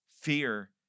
Fear